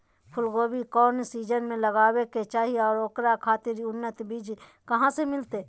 फूलगोभी कौन सीजन में लगावे के चाही और ओकरा खातिर उन्नत बिज कहा से मिलते?